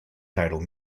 title